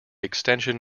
extension